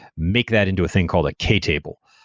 make that into a thing called a k-table.